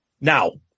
Now